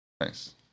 nice